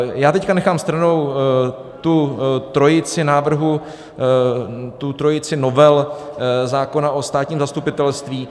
Já teď nechám stranou tu trojici návrhů, trojici novel zákona o státním zastupitelství.